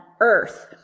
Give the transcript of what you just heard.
earth